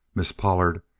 miss pollard,